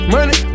Money